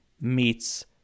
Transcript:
meets